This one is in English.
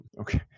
Okay